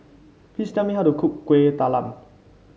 please tell me how to cook Kuih Talam